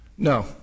No